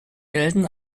gelten